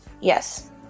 Yes